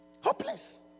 Hopeless